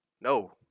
no